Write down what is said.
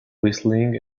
whistling